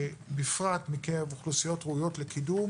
בפרט מקרב אוכלוסיות ראויות לקידום,